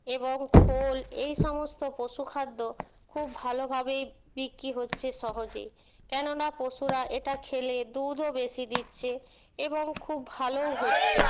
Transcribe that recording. এবং খোল এই সমস্ত পশুখাদ্য খুব ভালোভাবেই বিক্রি হচ্ছে সহজে কেননা পশুরা এটা খেলে দুধও বেশি দিচ্ছে এবং খুব ভালোও হচ্ছে